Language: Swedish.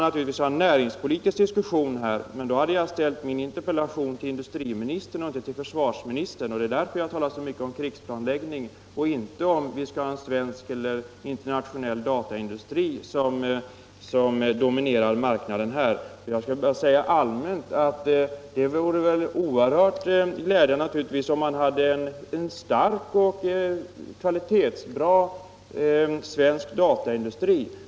Naturligtvis kan vi här ha en näringspolitisk diskussion, men om det hade varit min avsikt, så hade jag ställt min interpellation till industriministern, inte till försvarsministern. Det är också därför som jag här har talat så mycket om krigsplanläggning, inte om huruvida vi skall ha en svensk eller internationell dataindustri som dominerar denna marknad. Jag vill bara helt allmänt säga att det vore oerhört glädjande om vi hade en stark och kvalitativt högtstående svensk dataindustri.